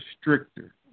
stricter